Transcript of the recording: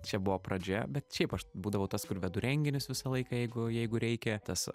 čia buvo pradžia bet šiaip aš būdavau tas kur vedu renginius visą laiką jeigu jeigu reikia tas